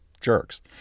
jerks